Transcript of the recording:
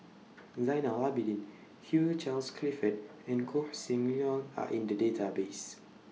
Zainal Abidin Hugh Charles Clifford and Koh Seng Leong Are in The Database